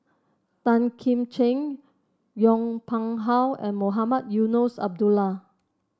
Tan Kim Ching Yong Pung How and Mohamed Eunos Abdullah